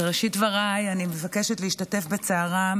בראשית דבריי אני מבקשת להשתתף בצערן